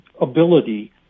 ability